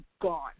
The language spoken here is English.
gone